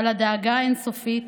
על הדאגה האין-סופית